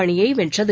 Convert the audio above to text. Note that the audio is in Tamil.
அணியை வென்றது